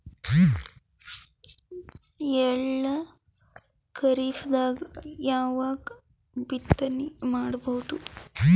ಎಳ್ಳು ಖರೀಪದಾಗ ಯಾವಗ ಬಿತ್ತನೆ ಮಾಡಬಹುದು?